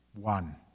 one